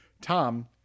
Tom